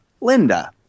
Linda